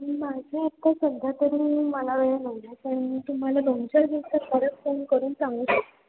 मग मी माझ्या आत्ता सध्या तरी मला वेळ नाही आहे पण मी तुम्हाला दोन चार दिवसांत परत फोन करून सांगू शकते